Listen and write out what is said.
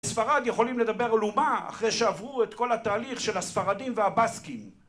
בספרד יכולים לדבר לאומה אחרי שעברו את כל התהליך של הספרדים והבאסקים